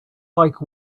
like